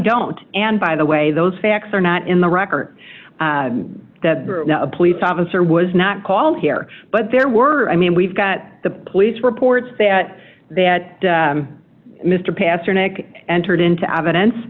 don't and by the way those facts are not in the record police officer was not called here but there were i mean we've got the police reports that that mr pasternack entered into evidence